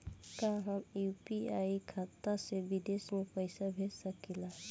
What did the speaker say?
का हम यू.पी.आई खाता से विदेश में पइसा भेज सकिला?